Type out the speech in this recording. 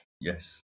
Yes